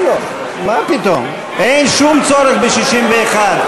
אין שום צורך ב-61.